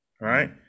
right